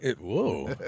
Whoa